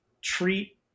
treat